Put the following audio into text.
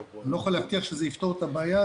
אני לא יכול להבטיח שזה יפתור את הבעיה.